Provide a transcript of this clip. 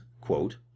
quote